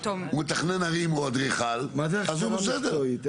אני לא אתחיל להביא את משרד החינוך ומשרד הזה